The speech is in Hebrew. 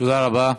תודה רבה.